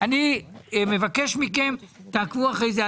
אני מבקש מכם שתעקבו אחרי זה.